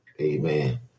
Amen